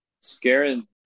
scaring